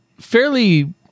fairly